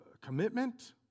commitment